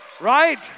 Right